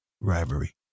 rivalry